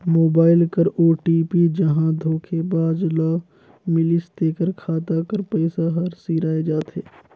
mobile कर OTP जहां धोखेबाज ल मिलिस तेकर खाता कर पइसा हर सिराए जाथे